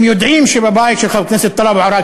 הם יודעים שבבית של חבר הכנסת טלב אבו עראר,